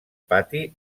pati